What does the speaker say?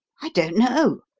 i don't know.